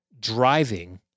driving